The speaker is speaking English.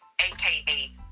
AKA